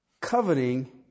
coveting